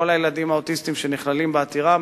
כל הילדים האוטיסטים שנכללים בעתירה,